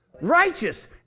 Righteous